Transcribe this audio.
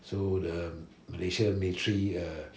so the malaysian military uh